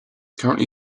currently